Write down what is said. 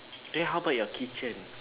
then how about your kitchen